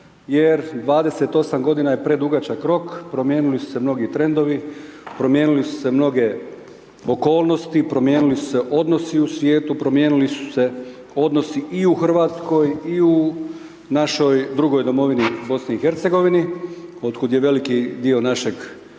jer 28 g. je predugačak rok, promijenili su se mnogi trendovi, promijenile su se mnoge okolnosti, promijenila su se odnosi u svijetu, promijenile su se odnosi i u Hrvatskoj i u našoj drugoj domovini BIH, od kuda je veliki dio našeg hrvatskog